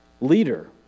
leader